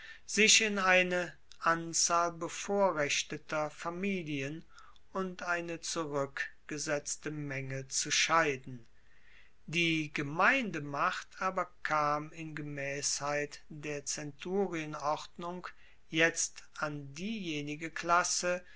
sich in eine anzahl bevorrechteter familien und eine zurueckgesetzte menge zu scheiden die gemeindemacht aber kam in gemaessheit der zenturienordnung jetzt an diejenige klasse